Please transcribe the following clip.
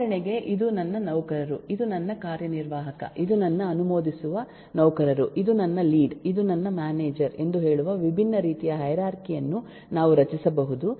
ಉದಾಹರಣೆಗೆ ಇದು ನನ್ನ ನೌಕರರು ಇದು ನನ್ನ ಕಾರ್ಯನಿರ್ವಾಹಕ ಇದು ನನ್ನ ಅನುಮೋದಿಸುವ ನೌಕರರು ಇದು ನನ್ನ ಲೀಡ್ ಇದು ನನ್ನ ಮ್ಯಾನೇಜರ್ ಎಂದು ಹೇಳುವ ವಿಭಿನ್ನ ರೀತಿಯ ಹೈರಾರ್ಚಿ ಯನ್ನು ನಾವು ರಚಿಸಬಹುದು